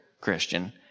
Christian